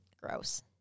Gross